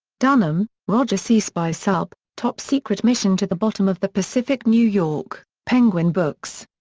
dunham, roger c. spy sub top secret mission to the bottom of the pacific new york penguin books.